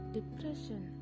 Depression